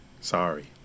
sorry